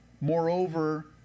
Moreover